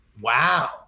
Wow